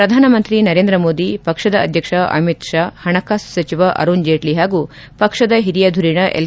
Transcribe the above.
ಪ್ರಧಾನಮಂತ್ರಿ ನರೇಂದ್ರ ಮೋದಿ ಪಕ್ಷದ ಅಧ್ಯಕ್ಷ ಅಮೀತ್ಶಾ ಹಣಕಾಸು ಸಚಿವ ಅರುಣ್ ಜೇಟ್ಲ ಹಾಗೂ ಪಕ್ಷದ ಹಿರಿಯ ಧುರೀಣ ಎಲ್